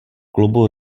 klubu